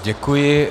Děkuji.